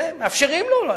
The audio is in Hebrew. מאפשרים לו.